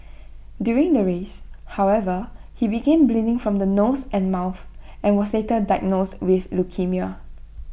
during the race however he began bleeding from the nose and mouth and was later diagnosed with leukaemia